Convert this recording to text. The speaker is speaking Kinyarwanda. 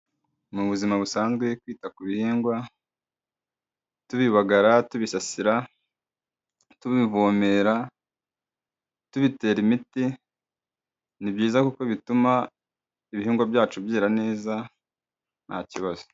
Mu buzima busanzwe kwita ku bihingwa tubibagara, tubisasira, tubivomera, tubitera imiti, ni byiza kuko bituma ibihingwa byacu byera neza nta kibazo.